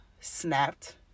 snapped